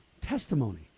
testimony